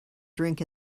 drink